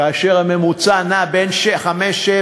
כאשר הממוצע נע בין 5.7%,